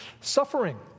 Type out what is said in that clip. Suffering